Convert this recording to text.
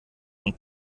und